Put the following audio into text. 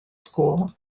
school